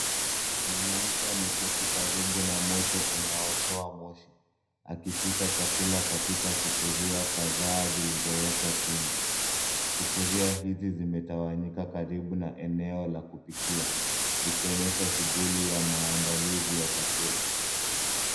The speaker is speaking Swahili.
Mwanamke ameketi karibu na moto unatoa moshi, akipika chakula katika sufuria kadhaa zilizowekwa chini. Sufuria hizi zimetawanyika karibu na eneo la kupikia, zikionyesha shughuli ya maandalizi ya chakula.